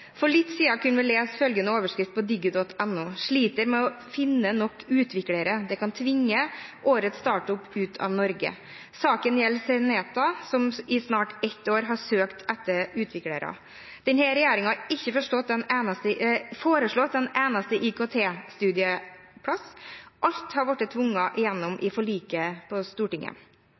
For litt siden kunne vi lese følgende overskrift på Digi.no. «Sliter med å finne nok utviklere. Det kan tvinge «årets startup» ut av Norge». Saken gjelder Xeneta, som i snart et år har søkt etter utviklere. Denne regjeringen har ikke foreslått en eneste IKT-studieplass, alt har blitt tvunget igjennom i forliket på Stortinget.